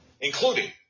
including